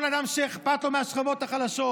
כל אדם שאכפת לו מהשכבות החלשות,